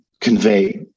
convey